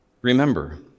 Remember